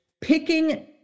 picking